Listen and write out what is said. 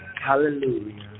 Hallelujah